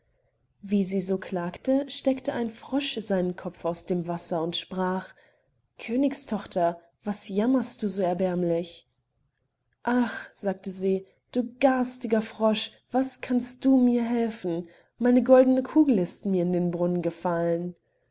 wie sie so klagte steckte ein frosch seinen kopf aus dem wasser und sprach königstochter was jammerst du so erbärmlich ach sagte sie du garstiger frosch was kannst du mir helfen meine goldne kugel ist mir in den brunnen gefallen